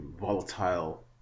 volatile